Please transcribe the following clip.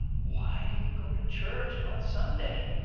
why do you go to church on sunday?